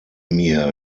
mir